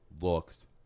looks